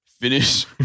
Finish